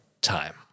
time